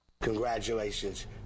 Congratulations